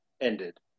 ended